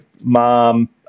mom